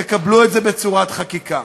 תקבלו את זה בצורת חקיקה.